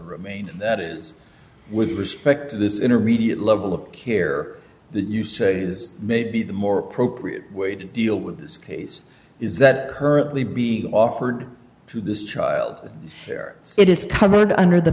remain that is with respect to this intermediate level of care that you say this may be the more appropriate way to deal with this case is that currently being offered to this child there it is coming and under the